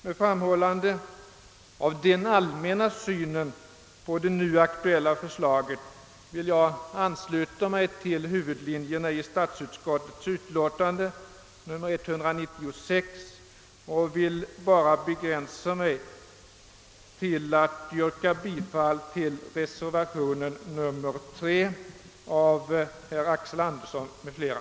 Med framhållande av denna allmänna syn på det nu aktuella förslaget vill jag ansluta mig till huvudlinjerna i statsutskottets utlåtande nr 196 och begränsa mig till att yrka bifall till reservation 3 av herr Axel Andersson m.fl.